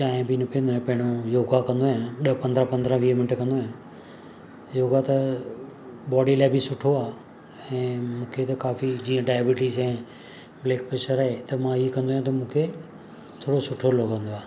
चांहि बि न पीअंदो आहियां पहिरियों योगा कंदो आहियां ॾह पंदरहां पंदरहां वीह मिंटु कंदो आहियां योगा त बॉडी लाइ बि सुठो आहे ऐं मूंखे त काफ़ी जीअं डायबिटीज़ ऐं बल्ड प्रेशर आहे त मां इअं कंदो आहियां त मूंखे थोरो सुठो लॻंदो आहे